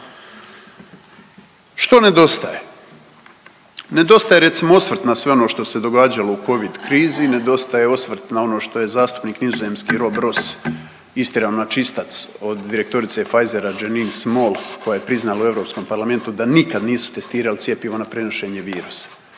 Što nedostaje? Nedostaje recimo osvrt na sve ono što se događalo u Covid krizi, nedostaje osvrt na ono što je zastupnik nizozemski Rob Roos istjerao na čistac od direktorice Pfizera Janine Small koja je priznala u Europskom parlamentu da nikad nisu testirali cjepiva na prenošenje virusa.